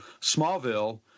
Smallville